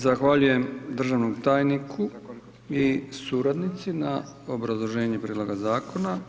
Zahvaljujem državnom tajniku i suradnici na obrazloženju prijedloga zakona.